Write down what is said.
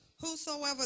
Whosoever